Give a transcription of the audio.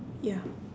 ya